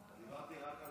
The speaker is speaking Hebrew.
דיברתי רק על